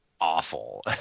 Awful